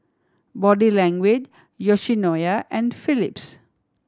Body Language Yoshinoya and Phillips